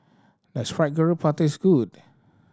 does Fried Garoupa taste good